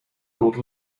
called